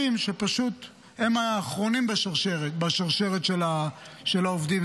שפשוט הם האחרונים בשרשרת של העובדים,